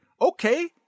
Okay